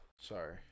Sorry